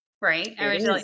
right